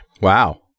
Wow